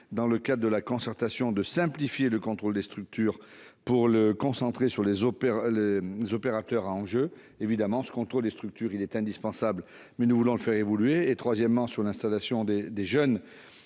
dans le cadre de la concertation, de simplifier le contrôle des structures pour le concentrer sur les opérateurs à enjeu. Ce contrôle est évidemment indispensable, mais nous voulons le faire évoluer. Enfin, concernant là encore l'installation des jeunes,